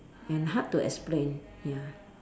and hard to explain ya